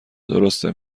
درسته